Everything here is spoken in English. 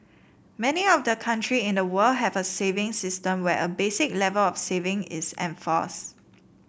many of the country in the world have a savings system where a basic level of saving is enforced